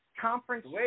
conference